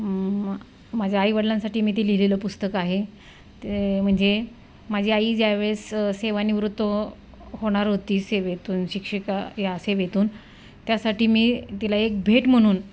म माझ्या आईवडिलांसाठी मी ती लिहिलेलं पुस्तक आहे ते म्हणजे माझी आई ज्या वेळेस सेवा निवृत्त होणार होती सेवेतून शिक्षिका या सेवेतून त्यासाठी मी तिला एक भेट म्हणून